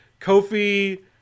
kofi